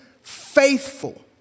faithful